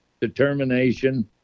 determination